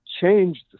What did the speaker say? change